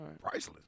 Priceless